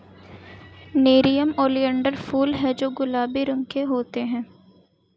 nerium oleander फूल हैं जो गुलाबी रंग के होते हैं